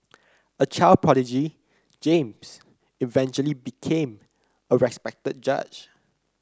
a child prodigy James eventually became a respected judge